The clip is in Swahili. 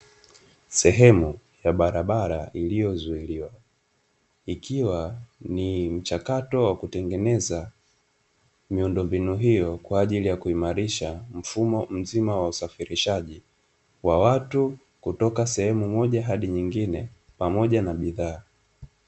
Sehemu ya barabara iliyozuiliwa, ikiwa ni mchakato wa kutengeneza miundombinu hiyo kwa ajili ya kuimarisha usafirishaji wa watu, kutoka sehemu moja hadi nyingine pamoja na bidhaa.